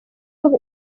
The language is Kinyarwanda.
ubu